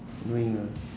annoying ah